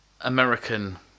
American